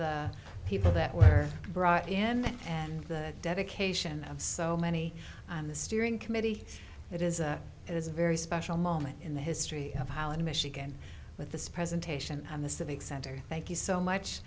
the people that were brought in and the dedication of so many on the steering committee it is it is a very special moment in the history of holland michigan with this presentation and the civic center thank you so much